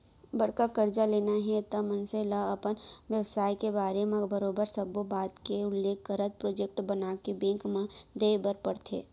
बड़का करजा लेना हे त मनसे ल अपन बेवसाय के बारे म बरोबर सब्बो बात के उल्लेख करत प्रोजेक्ट बनाके बेंक म देय बर परथे